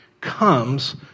comes